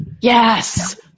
Yes